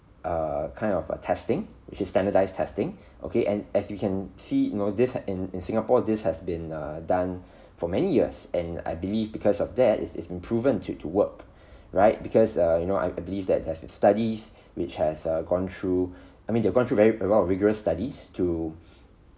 err kind of a testing which is standardized testing okay and as you can see know this in in singapore this has been uh done for many years and I believe because of that it's it's been proven to to work right because err you know I I believe that there's been studies which has uh gone through I mean they've gone through a lot of rigorous studies to